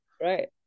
right